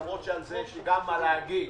למרות שגם על זה יש לי מה להגיד.